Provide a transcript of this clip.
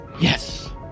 yes